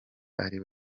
ari